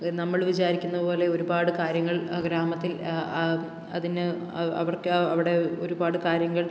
നമ്മൾ വിചാരിക്കുന്ന പോലെ ഒരുപാട് കാര്യങ്ങൾ ഗ്രാമത്തിൽ അതിന് അവർക്ക് അവിടെ ഒരുപാട് കാര്യങ്ങൾ